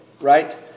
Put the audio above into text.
right